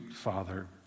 father